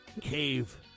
cave